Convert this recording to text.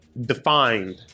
defined